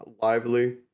lively